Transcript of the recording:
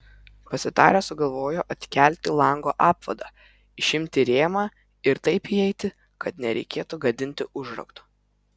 pasitarę sugalvojo atkelti lango apvadą išimti rėmą ir taip įeiti kad nereikėtų gadinti užrakto